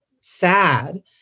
sad